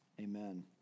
Amen